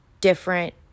different